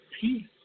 peace